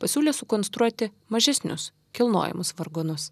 pasiūlė sukonstruoti mažesnius kilnojamus vargonus